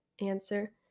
answer